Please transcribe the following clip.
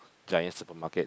Giant supermarket